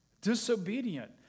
disobedient